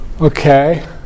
Okay